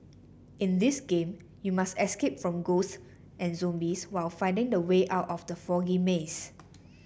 in this game you must escape from ghosts and zombies while finding the way out of the foggy maze